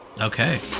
Okay